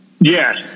Yes